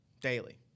daily